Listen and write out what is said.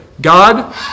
God